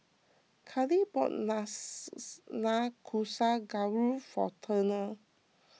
Cali bought Nanakusa Gayu for Turner